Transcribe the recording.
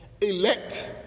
elect